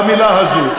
שבמילה הזו.